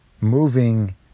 moving